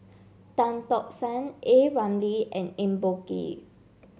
Tan Tock San A Ramli and Eng Boh Kee